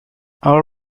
all